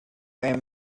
and